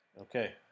Okay